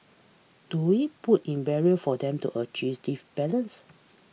do we put in barrier for them to achieve this balance